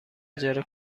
اجاره